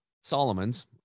Solomon's